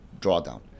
drawdown